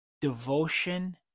devotion